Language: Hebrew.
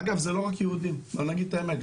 אגב, זה לא רק יהודים, בוא נגיד את האמת.